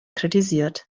kritisiert